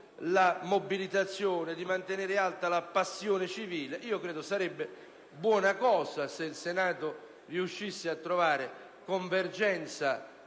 la mobilitazione e la passione civile, credo sarebbe buona cosa se il Senato riuscisse a trovare una convergenza